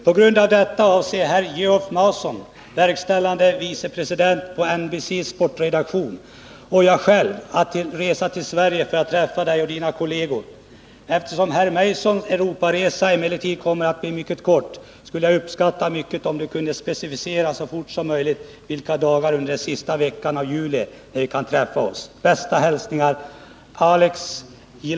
På grund av detta avser herr Geoff Mason, verkställande vicepresidenten på NBC:s sportredaktion och jag själv att resa till Sverige för att träffa Dig och Dina kollegor. Eftersom herr Masons europaresa emellertid kommer att bli mycket kort, skulle jag uppskatta mycket om Du kunde specificera, så fort som möjligt, vilka dagar under sista veckan av juli när ni kan träffa oss. Bo Södersten!